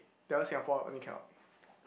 that one Singapore only cannot